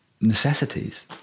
necessities